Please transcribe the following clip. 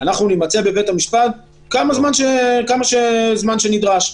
אנחנו נימצא בבית המשפט כמה זמן שנדרש.